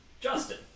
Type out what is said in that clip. Justin